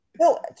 no